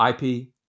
IP